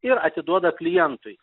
ir atiduoda klientui